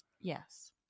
yes